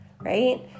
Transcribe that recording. right